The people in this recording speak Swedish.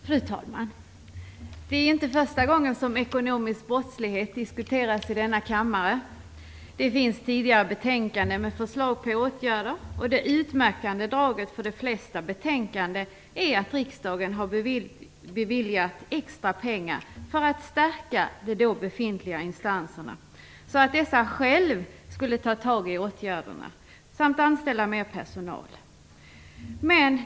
Fru talman! Det är inte första gången som ekonomisk brottslighet diskuteras här i kammaren. Det finns tidigare betänkanden med förslag till åtgärder. Det utmärkande draget för de flesta betänkandena är att riksdagen har beviljat extra pengar för att stärka de befintliga instanserna så att de själva skulle vidta åtgärder och anställa mer personal.